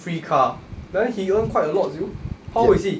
free car then he earn quite a lot [siol] how old is he